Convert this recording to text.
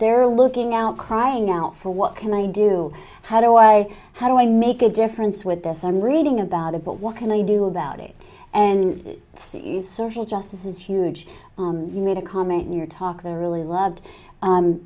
they're looking out crying out for what can i do how do i how do i make a difference with this i'm reading about it but what can i do about it and see you social justice is huge you made a comment in your talk there really loved